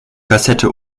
kassette